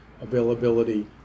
availability